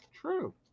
True